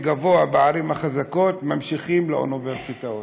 גבוה בערים החזקות ממשיכים לאוניברסיטאות,